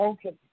Okay